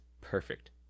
perfect